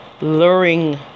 luring